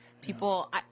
people –